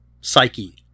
psyche